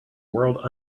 world